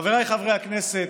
חבריי חברי הכנסת,